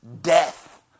death